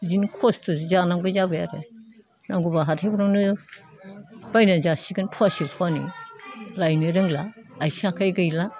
बिदिनो खस्थ' जि जानांगौ जाबाय आरो नांगौब्ला हाथायफ्रावनो बायनानै जासिगोन फवासे फवानै लायनो रोंला आथिं आखाइ गैला